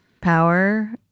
power